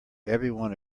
everyone